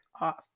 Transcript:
off